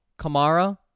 Kamara